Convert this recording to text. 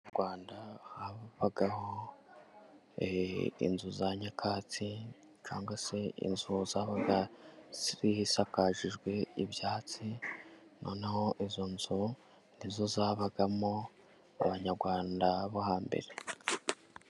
Mu rwanda habagaho e inzu za nyakatsi, cyangwa se inzu zabaga zisakajwe ibyatsi, noneho izo nzu nizo zabagamo abanyarwanda bo hambere.